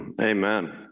Amen